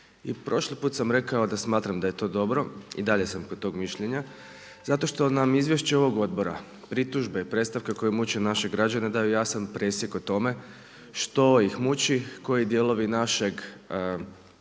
I prošli put sam rekao da smatram da je to dobro i dalje sam kod tog mišljenja zato što nam izvješće ovog odbora pritužbe i predstavke koje muče naše građane daju jasan presjek o tome što ih muči, koji dijelovi našeg